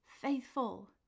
faithful